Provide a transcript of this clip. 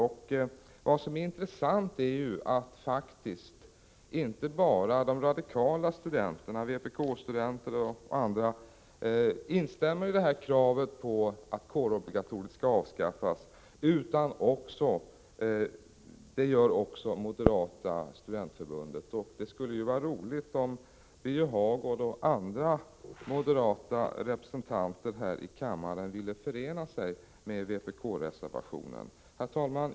Vad som är intressant är att faktiskt inte bara de radikala studenterna, vpk-studenter och andra, instämmer i kravet på att kårobligatoriet skall avskaffas, utan det gör också den moderata studentföreningen. Det skulle vara roligt om Birger Hagård och andra moderata representanter här i kammaren ville förena sig med vpk-reservationen. Herr talman!